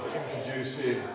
introducing